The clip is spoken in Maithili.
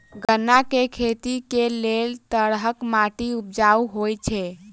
गन्ना केँ खेती केँ लेल केँ तरहक माटि उपजाउ होइ छै?